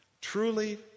Truly